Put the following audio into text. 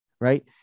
Right